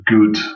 good